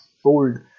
sold